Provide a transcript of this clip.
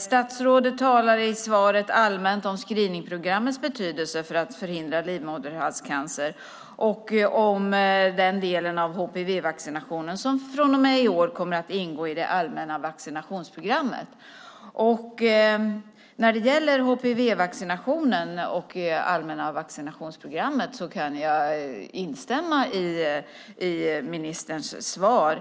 Statsrådet talar i svaret allmänt om screeningprogrammets betydelse för att förhindra livmoderhalscancer och om den delen av HPV-vaccinationen som från och med i år kommer att ingå i det allmänna vaccinationsprogrammet. När det gäller HPV-vaccinationen och det allmänna vaccinationsprogrammet kan jag instämma i ministerns svar.